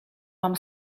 mam